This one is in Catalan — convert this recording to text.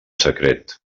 secret